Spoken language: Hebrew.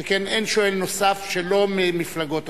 שכן אין שואל נוסף שלא ממפלגות אחרות.